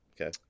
Okay